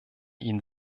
ihn